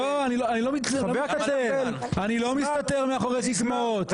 אני לא מסתתר מאחורי סיסמאות.